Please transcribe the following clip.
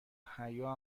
حیا